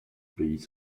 pays